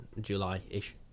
July-ish